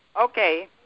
Okay